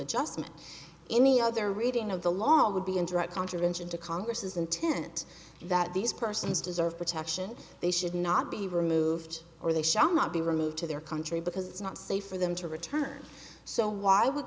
adjustment any other reading of the law would be in direct contravention to congress's intent that these persons deserve protection they should not be removed or they shall not be removed to their country because it's not safe for them to return so why would